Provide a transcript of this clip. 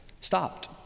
Stopped